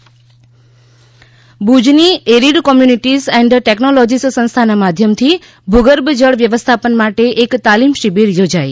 ભૂજ તાલીમ શિબિર ભૂજની એરીડ કોમ્યુનિટીસ એન્ડ ટેકનોલોજીસ સંસ્થાના માધ્યમથી ભૂગર્ભ જળ વ્યવસ્થાપન માટે એક તાલીમ શિબિર યોજાઇ